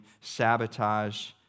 sabotage